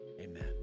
Amen